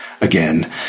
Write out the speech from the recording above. again